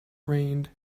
rained